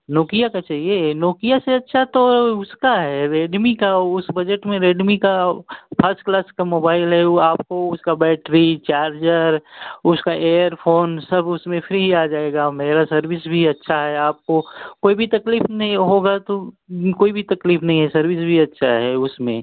Nokia का चाहिए Nokia से अच्छा तो उसका हे रेडमी का उस बजट में रेडमी का फस्टक्लास का मोबाईल है उ आपको उसका बैटरी चार्जर उसका एयरफोन सब उसमें फ्री में आ जाएगा मेरा सर्विस भी अच्छा है आपको कोई भी तकलीफ नहीं होगा तो कोई भी तकलीफ नहीं है सर्विस भी अच्छा है उसमें